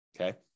Okay